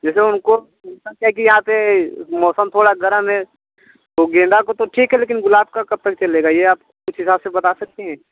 जैसे उनको कि यहाँ पर मौसम थोड़ा गर्म है तो गेंदे के तो ठीक है लेकिन गुलाब का कब तक चलेगा आपका ये आप इस हिसाब से बता सकती हैं